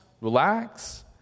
relax